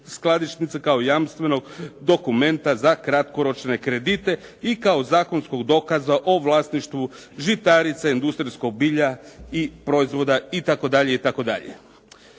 skladišnica kao jamstvenog dokumenta za kratkoročne kredite i kao zakonskog dokaza o vlasništvu žitarica, industrijskog bilja i proizvoda itd., itd.